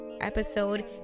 episode